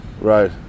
Right